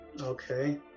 okay